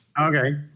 Okay